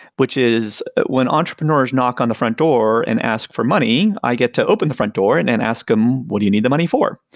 which is when entrepreneurs knock on the front door and ask for money, i get to open the front door and and ask them what do you need the money for?